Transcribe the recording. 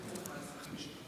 האמונים: